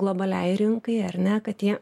globaliai rinkai ar ne kad jie